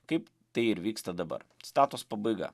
kaip tai ir vyksta dabar citatos pabaiga